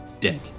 dead